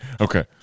okay